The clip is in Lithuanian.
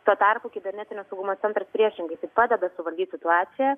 tuo tarpu kibernetinio saugumo centras priešingai tai padeda suvaldyt situaciją